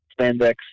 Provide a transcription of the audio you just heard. spandex